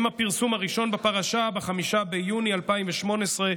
עם הפרסום הראשון בפרשה, ב-5 ביוני 2018,